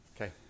Okay